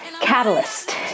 catalyst